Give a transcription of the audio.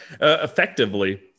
effectively